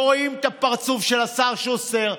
לא רואים את הפרצוף של השר שוסטר,